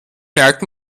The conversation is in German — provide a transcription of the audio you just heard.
merkt